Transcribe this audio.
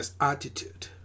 attitude